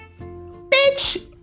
Bitch